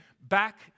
back